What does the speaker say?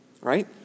right